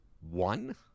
One